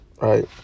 right